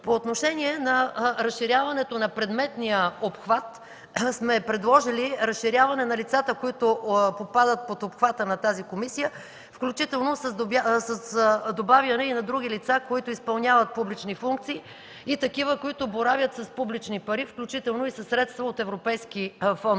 По отношение на разширяването на предметния обхват сме предложили разширяване на лицата, които попадат под обхвата на тази комисия, включително с добавяне и на други лица, които изпълняват публични функции и такива, които боравят с публични пари, включително и със средства от европейските фондове.